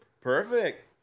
Perfect